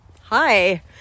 Hi